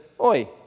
Oi